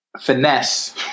Finesse